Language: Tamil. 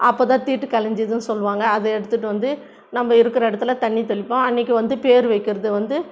அப்போ தான் தீட்டு கழிஞ்சிதுன்னு சொல்லுவாங்கள் அது எடுத்துட்டு வந்து நம்ம இருக்கிற இடத்துல தண்ணி தெளிப்போம் அன்னைக்கு வந்து பேர் வைக்கிறது வந்து